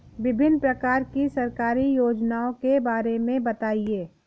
विभिन्न प्रकार की सरकारी योजनाओं के बारे में बताइए?